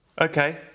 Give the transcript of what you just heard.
Okay